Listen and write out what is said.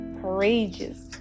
courageous